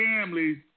families